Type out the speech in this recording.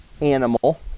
animal